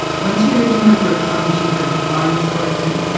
when she lived in the group home she had bones broken,